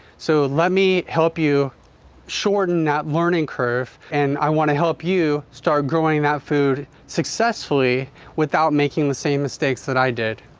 so let me help you shorten that learning curve and i want to help you start growing that food successfully without making the same mistakes that i did.